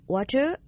Water